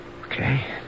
Okay